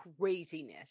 craziness